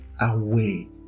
away